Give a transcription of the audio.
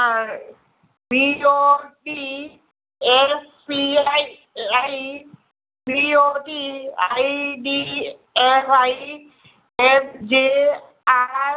હા B O B S P I I P O T I D F I M J R